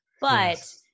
but-